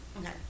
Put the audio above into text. okay